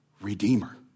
redeemer